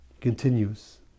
Continues